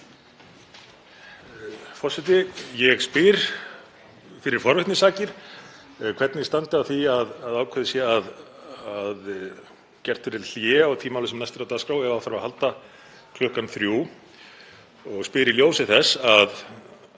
Forseti. Ég spyr fyrir forvitnissakir hvernig standi á því að ákveðið sé að gert verði hlé á því máli sem næst er á dagskrá, ef á þarf að halda, klukkan þrjú. Ég spyr í ljósi þess að